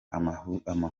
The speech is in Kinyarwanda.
amakuru